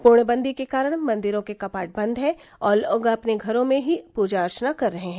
पूर्णबंदी के कारण मंदिरों के कपाट बन्द हैं और लोग अपने घरों में ही पूजा अर्चना कर रहे हैं